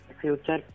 future